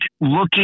looking